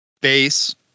base